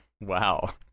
wow